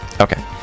Okay